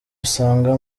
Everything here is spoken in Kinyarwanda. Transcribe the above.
usanga